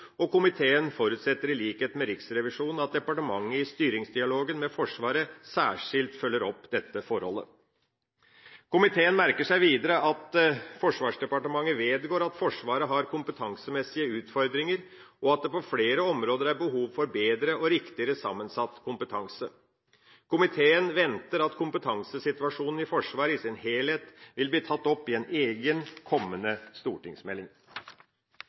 Komiteen forutsetter, i likhet med Riksrevisjonen, at departementet i styringsdialogen med Forsvaret særskilt følger opp dette forholdet. Komiteen merker seg videre at Forsvarsdepartementet vedgår at Forsvaret har kompetansemessige utfordringer, og at det på flere områder er behov for bedre og riktigere sammensatt kompetanse. Komiteen venter at kompetansesituasjonen i Forsvaret i sin helhet vil bli tatt opp i en egen, kommende stortingsmelding.